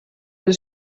del